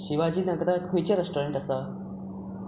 शिवाजी नगरात खंयचें रॅस्टॉरंट आसा